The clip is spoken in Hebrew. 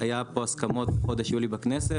היו פה הסכמות בחודש יולי בכנסת,